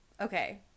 okay